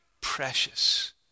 precious